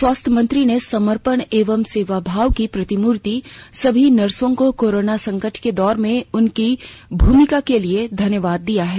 स्वास्थ्य मंत्री ने समर्पण एवं सेवाभाव की प्रतिमूर्ति सभी नर्सो को कोरोना संकट के दौर में उनकी भूमिका के लिए धन्यवाद दिया है